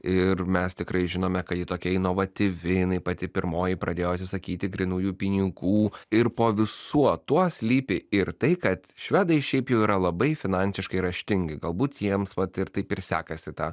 ir mes tikrai žinome kad ji tokia inovatyvi jinai pati pirmoji pradėjo atsisakyti grynųjų pinigų ir po visu tuo slypi ir tai kad švedai šiaip jau yra labai finansiškai raštingi galbūt jiems vat ir taip ir sekasi tą